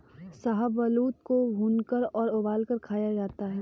शाहबलूत को भूनकर और उबालकर खाया जाता है